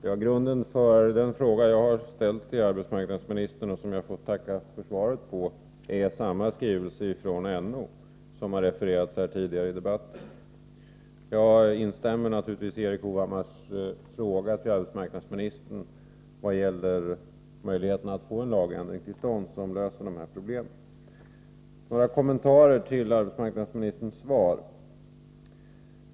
Herr talman! Grunden för den fråga jag har ställt till arbetsmarknadsministern och som jag får tacka för svaret på är samma skrivelse från NO som har refererats här tidigare i debatten. Jag instämmer naturligtvis i Erik Hovhammars fråga till arbetsmarknadsministern vad gäller möjligheterna att få en lagändring till stånd som löser dessa problem. Jag vill göra några kommentarer till arbetsmarknadsministerns svar.